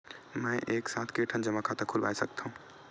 मैं एक साथ के ठन जमा खाता खुलवाय सकथव?